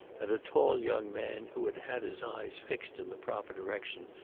and a tall young man who had had his eyes fixed in the proper direction,